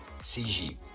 CG